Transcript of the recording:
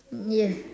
yeah